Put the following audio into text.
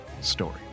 story